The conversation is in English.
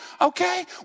okay